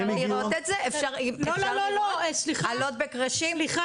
אפשר לראות את זה, אלות וקרשים?